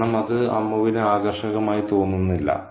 കാരണം അത് അമ്മുവിന് ആകർഷകമായി തോന്നുന്നില്ല